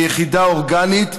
כיחידה אורגנית,